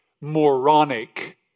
moronic